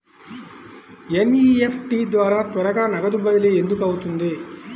NEFT ద్వారా త్వరగా నగదు బదిలీ ఎందుకు అవుతుంది?